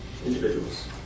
individuals